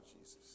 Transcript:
Jesus